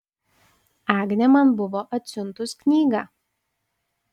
agnė man buvo atsiuntus knygą